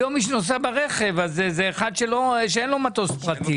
היום מי שנוסע ברכב זה אחד שאין לו מטוס פרטי.